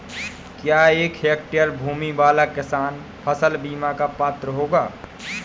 क्या एक हेक्टेयर भूमि वाला किसान फसल बीमा का पात्र होगा?